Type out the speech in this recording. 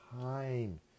time